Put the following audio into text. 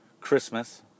Christmas